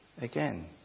again